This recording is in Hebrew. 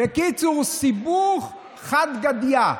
בקיצור, סיבוך, חד גדיא.